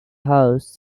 house